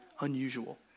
unusual